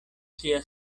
sia